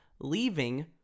leaving